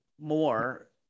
more